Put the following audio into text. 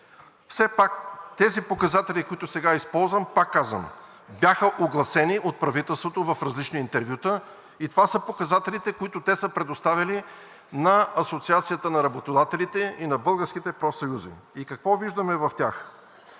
Все пак тези показатели, които сега използвам, пак казвам, бяха огласени от правителството в различни интервюта и това са показателите, които те са предоставили на Асоциацията на работодателите и на българските профсъюзи. И какво виждаме в тях?